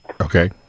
Okay